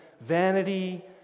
vanity